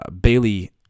Bailey